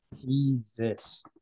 Jesus